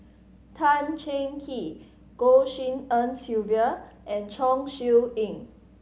Tan Cheng Kee Goh Tshin En Sylvia and Chong Siew Ying